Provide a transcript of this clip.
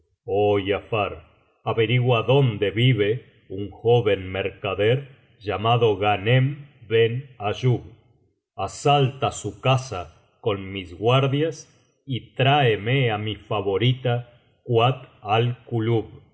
giafar averigua dónde vive un joven mercader llamado ghanem ben ayub asalta su casa con biblioteca valenciana generalitat valenciana historia de ghanem y fetnah mis guardias y tráeme á mi favorita kuat